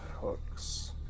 hooks